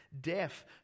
Deaf